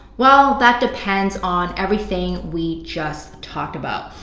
well, that depends on everything we just talked about.